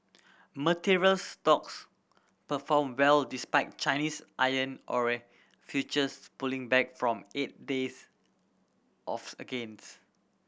materials stocks perform well despite Chinese iron ore futures pulling back from eight days of against